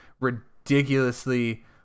ridiculously